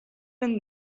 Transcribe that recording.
been